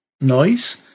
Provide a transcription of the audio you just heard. noise